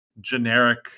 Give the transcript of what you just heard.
generic